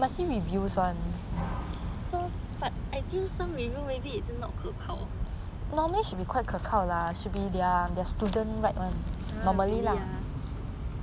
so but I feel some reviews maybe it's not 可靠 !huh! really ah